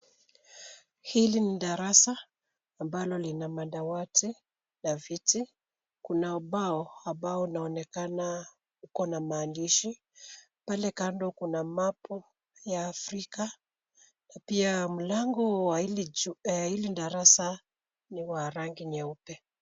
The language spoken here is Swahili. Hili ni darasa ambalo lina madawati na viti. Kuna ubao ambao unaonekana ukona maandishi. Pale kando kuna mapu ya Afrika na pia mlango wa hili darasa ni wa rangi nyeupe.